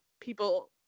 people